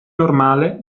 normale